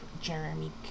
Jeremy